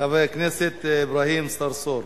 חבר הכנסת אברהים צרצור,